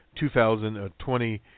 2020